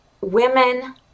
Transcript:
Women